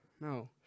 No